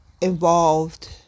involved